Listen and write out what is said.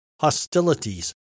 hostilities